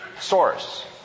source